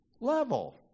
level